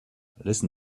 listen